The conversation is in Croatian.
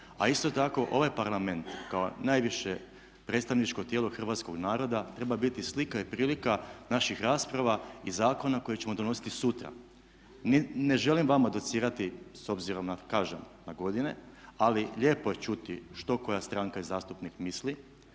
A isto tako ovaj parlament kao najviše predstavničko tijelo hrvatskog naroda treba biti slika i prilika naših rasprava i zakona koje ćemo donositi sutra. Ne želim vama docirati s obzirom na kažem, na godine, ali lijepo je čuti što koja stranka i zastupnik misli,